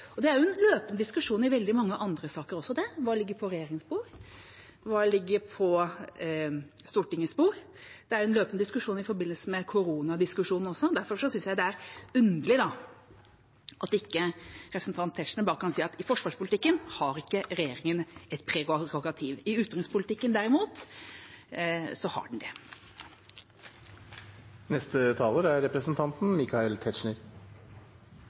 Det er en løpende diskusjon i veldig mange andre saker også: Hva ligger på regjeringas bord, hva ligger på Stortingets bord? Det er en løpende diskusjon i forbindelse med korona også. Derfor synes jeg det er underlig at ikke representanten Tetzschner bare kan si at i forsvarspolitikken har ikke regjeringa et prerogativ. I utenrikspolitikken, derimot, har den det. Hvis vi først er